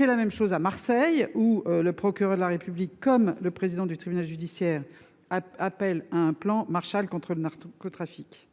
Il en va de même à Marseille, où le procureur de la République et le président du tribunal judiciaire appellent à un plan Marshall contre le narcotrafic.